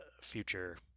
future